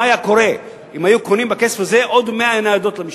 מה היה קורה אם היו קונים בכסף הזה עוד 100 ניידות למשטרה?